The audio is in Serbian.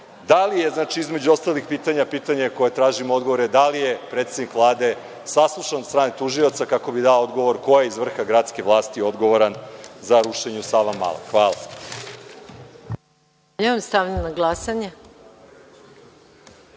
li je, između ostalih pitanja, a pitanje na koje tražimo je da li je predsednik Vlade saslušan od strane tužioca kako bi dao odgovor ko je iz vrha gradske vlasti odgovoran za rušenje u Savamaloj? Hvala.